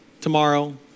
tomorrow